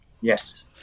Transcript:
Yes